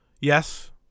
yes